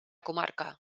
comarca